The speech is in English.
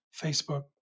Facebook